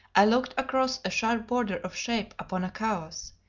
i looked across a sharp border of shade upon a chaos,